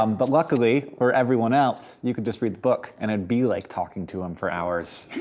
um but luckily, for everyone else, you can just read the book, and it'd be like talking to him for hours.